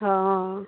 हॅं हॅं